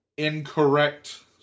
incorrect